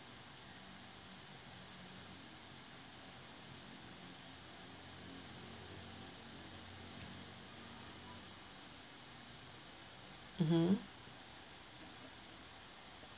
mmhmm